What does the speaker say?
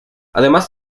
además